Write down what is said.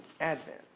Advent